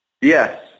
Yes